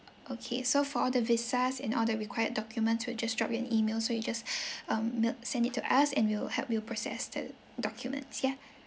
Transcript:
okay so for the visas and all the required documents we'll just drop you an email so you just um mail send it to us and we'll help you process the documents yeah